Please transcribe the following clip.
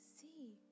See